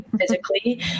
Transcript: Physically